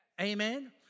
amen